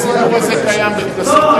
הסידור הזה קיים בקנסות על זיהום,